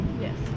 yes